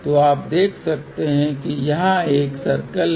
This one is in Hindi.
तो आप देख सकते हैं कि यहां एक सर्कल है